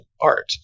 art